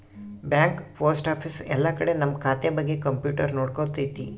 bank post office ಎಲ್ಲ ಕಡೆ ನಮ್ ಖಾತೆ ಬಗ್ಗೆ ಕಂಪ್ಯೂಟರ್ ನೋಡ್ಕೊತೈತಿ